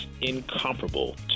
incomparable